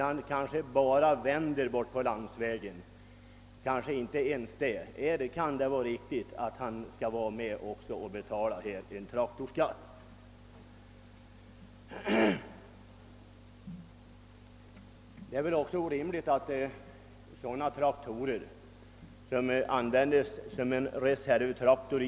Han kör bara dit och vänder, kanske inte ens så långt. Kan det vara riktigt att han då skall vara med och betala traktorskatt? Ett annat exempel.